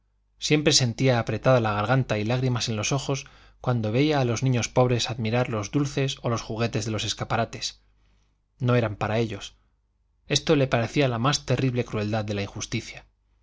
siempre sentía apretada la garganta y lágrimas en los ojos cuando veía a los niños pobres admirar los dulces o los juguetes de los escaparates no eran para ellos esto le parecía la más terrible crueldad de la injusticia